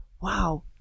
Wow